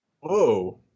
Whoa